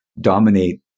dominate